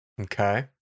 Okay